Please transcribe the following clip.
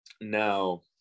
Now